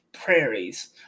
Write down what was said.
prairies